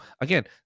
again